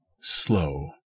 slow